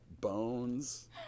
bones